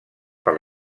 per